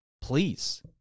Please